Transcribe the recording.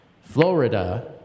Florida